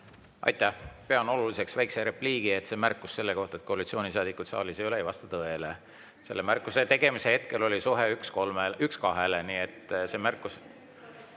Aitäh! Pean oluliseks [teha] väikse repliigi, et märkus selle kohta, et koalitsioonisaadikuid saalis ei ole, ei vasta tõele. Selle märkuse tegemise hetkel oli suhe 1 : 2, nii et see märkus